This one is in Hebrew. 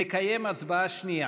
נקיים הצבעה שנייה.